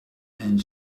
and